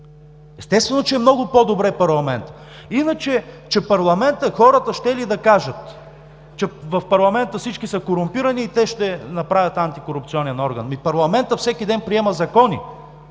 Естествено, че е много по-добре парламентът, иначе хората щели да кажат, че в парламента всички са корумпирани и те ще направят антикорупционен орган. Ами парламентът всеки ден приема закони.